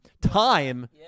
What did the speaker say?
time